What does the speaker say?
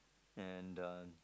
and uh